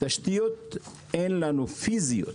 אין לנו תשתיות פיזיות,